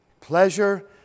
Pleasure